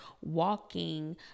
walking